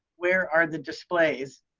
where are the displays?